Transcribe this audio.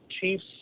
Chiefs